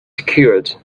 secured